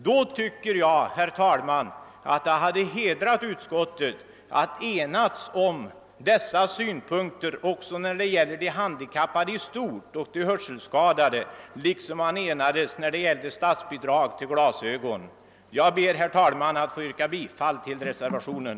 Då tycker jag, herr talman, att det hade hedrat utskottet, om det hade enats om dessa synpunkter också vad beträffar de handikappade i stort och de hörselskadade liksom man enades när det gällde statsbidrag till glasögon. Jag ber, herr talman, att få yrka bifall till reservationen.